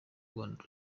rwanda